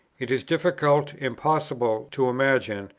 it is difficult, impossible, to imagine,